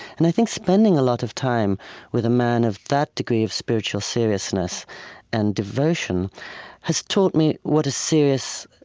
and i think spending a lot of time with a man of that degree of spiritual seriousness and devotion has taught me what a serious,